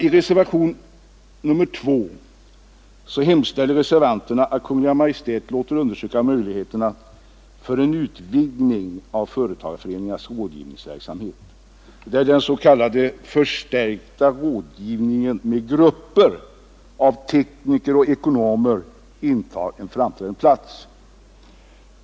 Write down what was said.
I reservationen 2 hemställer reservanterna att Kungl. Maj:t låter undersöka möjligheterna till en utvidgning av företagarföreningarnas rådgivningsverksamhet, där den s.k. förstärkta rådgivningen med grupper av tekniker och ekonomer intar en framträdande plats.